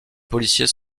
policiers